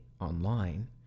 online